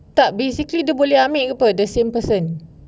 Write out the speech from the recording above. tak basically dia boleh ambil ke the same person